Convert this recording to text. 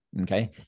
Okay